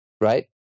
right